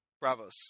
bravo's